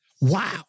Wow